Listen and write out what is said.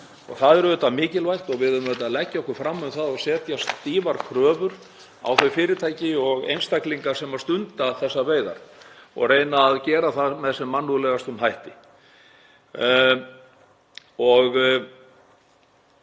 Það er mikilvægt og við eigum að leggja okkur fram um það og setja stífar kröfur á þau fyrirtæki og einstaklinga sem stunda þessar veiðar um að reyna að gera það með sem mannúðlegustum hætti.